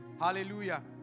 Hallelujah